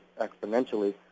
exponentially